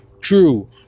True